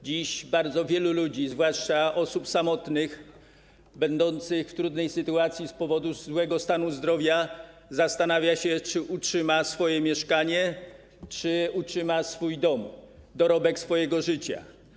Dziś bardzo wielu ludzi, zwłaszcza osób samotnych, będących w trudnej sytuacji z powodu złego stanu zdrowia zastanawia się, czy utrzyma swoje mieszkanie, czy utrzymana swój dom, dorobek swojego życia.